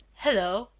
hello.